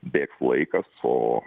bėgs laikas o